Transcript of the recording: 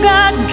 God